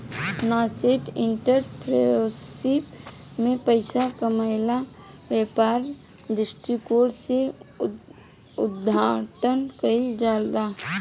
nascent entrepreneurship में पइसा कामायेला व्यापारिक दृश्टिकोण से उद्घाटन कईल जाला